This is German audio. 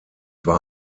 war